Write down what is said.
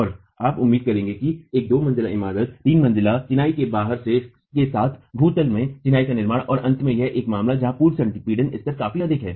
और आप उम्मीद करेंगे कि एक दो मंजिला तीन मंजिला चिनाई के बाहर के साथ भू तल में चिनाई का निर्माण और अंत में यह एक मामला जहां पूर्व संपीड़न स्तर काफी अधिक है